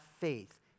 faith